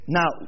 Now